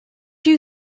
you